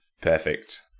Perfect